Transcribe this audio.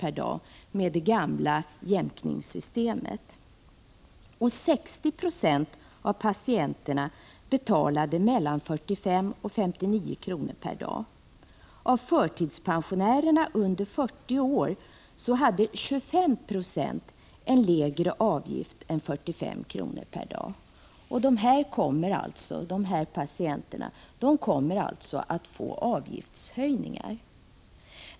per dag enligt det gamla jämknings 60 26 av patienterna betalade 45-59 kr. per dag. Av förtidspensionärerna under 40 år hade 25 96 en avgift som understeg 45 kr. per dag. För de här patienterna blir det alltså avgiftshöjningar.